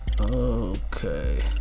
Okay